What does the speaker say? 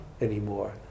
anymore